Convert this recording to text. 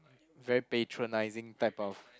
very patronising type of